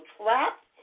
trapped